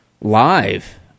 live